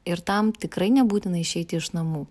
ir tam tikrai nebūtina išeiti iš namų